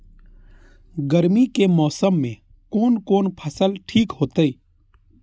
गर्मी के मौसम में कोन कोन फसल ठीक होते?